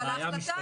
זאת בעיה משפטית,